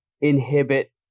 inhibit